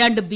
രണ്ട് ബി